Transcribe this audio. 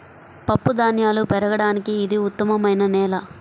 పప్పుధాన్యాలు పెరగడానికి ఇది ఉత్తమమైన నేల